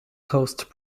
coast